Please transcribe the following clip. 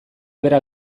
bera